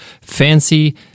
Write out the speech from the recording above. fancy